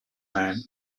man